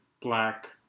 black